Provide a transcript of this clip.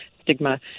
stigma